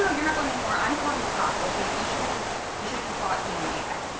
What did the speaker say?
ah you're not going anywhere. i'm calling the cops, ok. you should've just you should've just bought candy. i